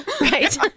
Right